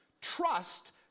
Trust